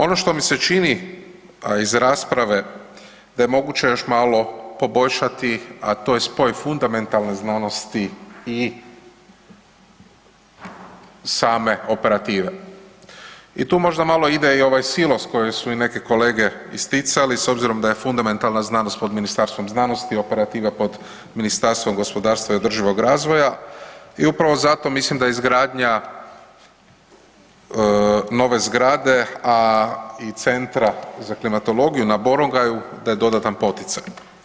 Ono što mi se čini iz rasprave, da je moguće još malo poboljšati, a to je spoj fundamentalne znanosti i same operative i tu možda malo ide i ovaj silos koji su i neke kolege isticali, s obzirom da je fundamentalna znanost pod Ministarstvom znanosti, operativa pod Ministarstvom gospodarstva i održivoga razvoja, i upravo zato mislim da izgradnja nove zgrade, a i Centra za klimatologiju na Borongaju da je dodatan poticaj.